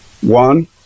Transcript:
one-